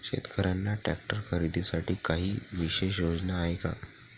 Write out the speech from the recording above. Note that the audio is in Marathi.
शेतकऱ्यांना ट्रॅक्टर खरीदीसाठी काही विशेष योजना आहे का?